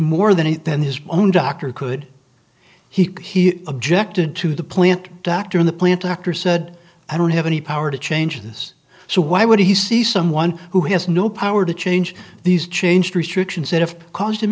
more than it than his own doctor could he objected to the plant doctor in the plant doctor said i don't have any power to change this so why would he see someone who has no power to change these changed restrictions that have caused him